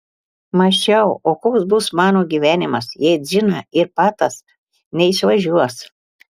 mąsčiau o koks bus mano gyvenimas jei džina ir patas neišvažiuos